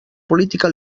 política